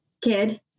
kid